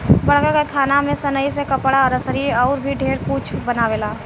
बड़का कारखाना में सनइ से कपड़ा, रसरी अउर भी ढेरे कुछ बनावेला